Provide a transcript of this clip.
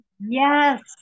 Yes